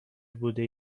بوده